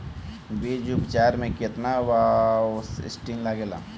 बीज उपचार में केतना बावस्टीन लागेला?